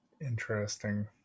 interesting